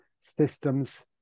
systems